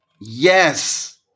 Yes